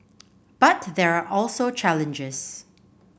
but there are also challenges